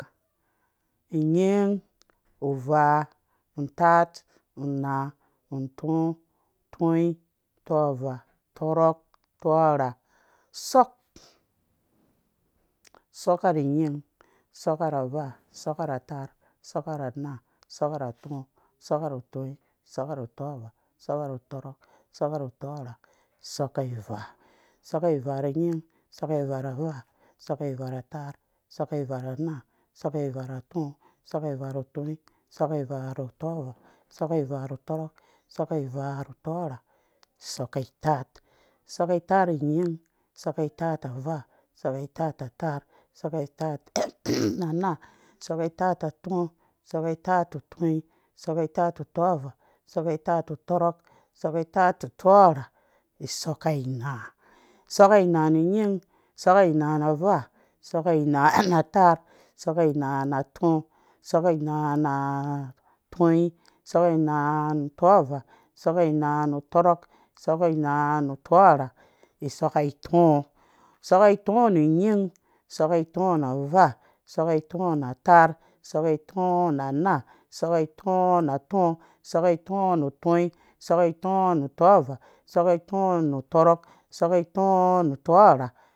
Ungin unvaa untaar unaa utɔɔ tɔnyin tɔvaa tɔrok tɔrha soka soka ru ungin soka ru unvaa soka ru untaar soka ru unaa soka ru utɔɔ soka ru tɔnyin soka ru tɔvaa soka ru tɔrok soka ru tɔrha soka ivaa soka ivaa ungin soka ivaa unvaa soka ivaa untaar soka ivaa unaa soka ivaa utɔɔ soka ivaa tɔnyin soka ivaa tɔvaa soka ivaa tɔrok soka ivaa tɔrha soka itaar soka itaar na ungin soka itaar ta unvaa soka itaar ta untaar soka itaar ta unaa soka itaar ta utɔɔ soka itaar ta tɔnyin soka itaar ta tɔvaa soka itaar ta tɔrok soka itaar ta tɔrha soka inaa na ungin soka inaa nu unvaa soka inaa nu untaar soka inaa nu unaa soka inaa nu utɔɔ soka inaa nu tɔnyin soka inaa nu tɔvaa soka inaa nu tɔrok soka inaa nu tɔrha soka itɔɔ nu ungin soka itɔɔ nu unvaa soka itɔɔ nu untaar soka itɔɔ nu unaa utɔɔ soka itɔɔ nu tɔnyin soka itɔɔ nu tɔvaa soka itɔɔ nu tɔrok soka itɔɔ nu tɔrha